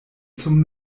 zum